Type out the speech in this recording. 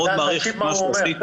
מאוד מעריך את מה שעשית.